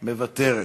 מוותרת.